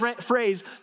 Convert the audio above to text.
phrase